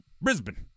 Brisbane